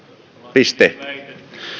piste